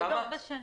ארבע שנים?